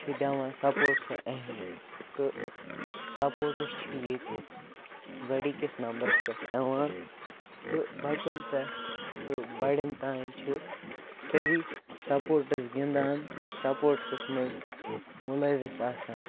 چھِ دِوان سَپوٹسہٕ اہمیت تہٕ سَپوٹٕس چھِ ییٚتہِ گۄڈٕ کِس نمبرَس پٮ۪ٹھ یِوان تہٕ بَچَن پٮ۪ٹھ تہٕ بَڑٮ۪ن تام چھِ سٲری سَپوٹٕس گِنٛدان تہٕ سَپوٹسَس منٛز مُلوث آسان